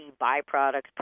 byproducts